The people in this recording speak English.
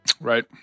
right